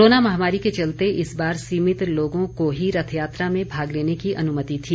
corona महामारी के चलते इस बार सीमित लोगों को ही रथ यात्रा में भाग लेने की अनुमति थी